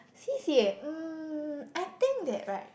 C_C_A um I think that right